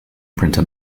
printer